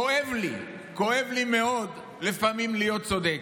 כואב לי, כואב לי מאוד לפעמים להיות צודק.